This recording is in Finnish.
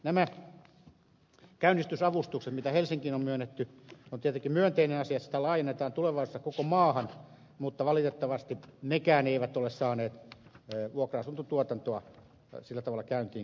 nämä käynnistysavustukset jotka helsinkiin on myönnetty on tietenkin myönteinen asia että niitä laajennetaan tulevaisuudessa koko maahan mutta valitettavasti nekään eivät ole saaneet vuokra asuntotuotantoa sillä tavalla käyntiin kuin olisi pitänyt